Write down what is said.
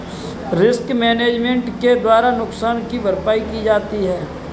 risk management के द्वारा नुकसान की भरपाई की जाती है